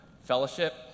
fellowship